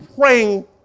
praying